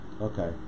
Okay